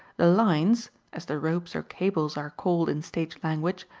the lines, as the ropes or cables are called in stage language,